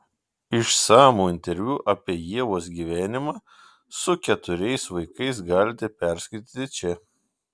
išsamų interviu apie ievos gyvenimą su keturiais vaikais galite perskaityti čia